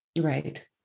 Right